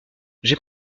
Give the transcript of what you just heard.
j’ai